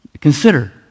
Consider